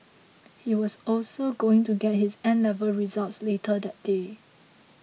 he was also going to get his N level results later that day